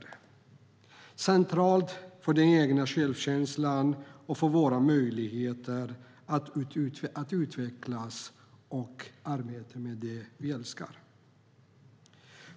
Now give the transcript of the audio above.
Det är centralt för den egna självkänslan och för våra möjligheter att utvecklas och arbeta med det vi älskar.